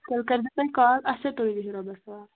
تیٚلہِ تُہۍ کال اَچھا تُلِو بِہِو رۄبس